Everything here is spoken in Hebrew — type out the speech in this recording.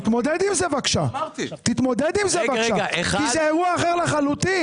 בבקשה תתמודד עם זה, כי זה אירוע אחר לחלוטין.